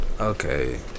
Okay